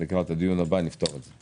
לקראת הדיון הבא נפתור את זה.